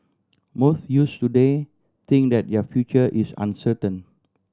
most youths today think that their future is uncertain